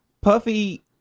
puffy